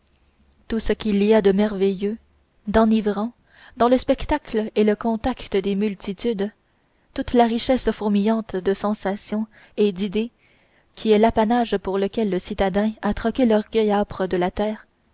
tout ce qu'il y a de merveilleux d'enivrant dans le spectacle et le contact des multitudes toute la richesse fourmillante de sensations et d'idées qui est l'apanage pour lequel le citadin a troqué l'orgueil âpre de la terre